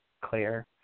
clear